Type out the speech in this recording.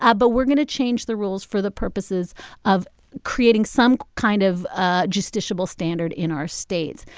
ah but we're going to change the rules for the purposes of creating some kind of ah justiciable standard in our states,